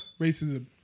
racism